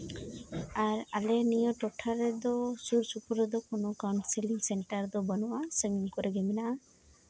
ᱟᱨ ᱟᱞᱮ ᱱᱤᱭᱟᱹ ᱴᱚᱴᱷᱟ ᱨᱮᱫᱚ ᱥᱩᱨ ᱥᱩᱯᱩᱨ ᱨᱮᱫᱚ ᱠᱳᱱᱳ ᱠᱟᱣᱩᱱᱥᱤᱞᱤᱝ ᱥᱮᱱᱴᱟᱨ ᱫᱚ ᱵᱟᱹᱱᱩᱜᱼᱟ ᱥᱟᱺᱜᱤᱧ ᱠᱚᱨᱮ ᱜᱮ ᱢᱮᱱᱟᱜᱼᱟ